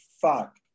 fuck